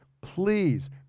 please